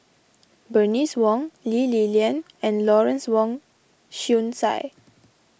Bernice Wong Lee Li Lian and Lawrence Wong Shyun Tsai